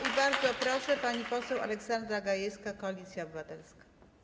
I bardzo proszę, pani poseł Aleksandra Gajewska, Koalicja Obywatelska.